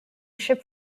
ship